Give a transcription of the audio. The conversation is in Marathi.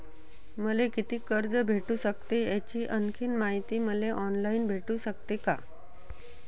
मले कितीक कर्ज भेटू सकते, याची आणखीन मायती मले ऑनलाईन भेटू सकते का?